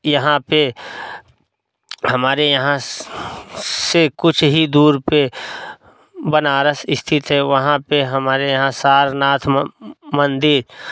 यहाँ पर हमारे यहाँ से कुछ ही दूर पर बनारस स्थित है वहाँ पर हमारे यहाँ सारनाथ मंदिर